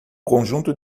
conjunto